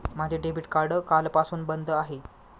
माझे debit card कालपासून बंद आहे